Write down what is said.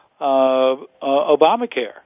Obamacare